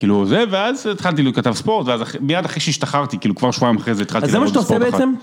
כאילו זה, ואז התחלתי להיות כתב ספורט ואז אח.. מיד אחרי שהשתחררתי, כאילו כבר שבועיים אחרי זה התחלתי לעבוד בספורט אחד. אז זה מה שאתה עושה בעצם?